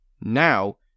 Now